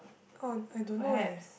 oh I don't know eh